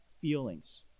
feelings